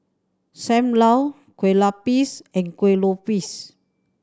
Sam Lau Kueh Lapis and Kueh Lopes